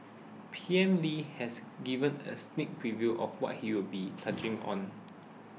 P M Lee has given a sneak preview of what he'll be touching on